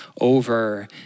over